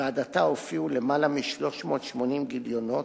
ועד עתה הופיעו למעלה מ-380 גיליונות,